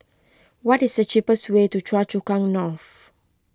what is the cheapest way to Choa Chu Kang North